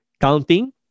counting